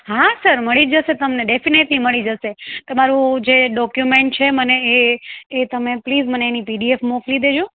હા સર મળી જશે તમને ડેફિનેટલી મળી જશે તમારું જે ડોક્યુમેન્ટ છે મને એ એ એ તમે પ્લીઝ તમે મને એની પીડીએફ મોકલી દેજો